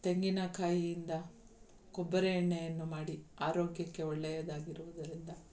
ತೆಂಗಿನಕಾಯಿಯಿಂದ ಕೊಬ್ಬರಿ ಎಣ್ಣೆಯನ್ನು ಮಾಡಿ ಆರೋಗ್ಯಕ್ಕೆ ಒಳ್ಳೆಯದಾಗಿರುವುದರಿಂದ